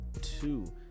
two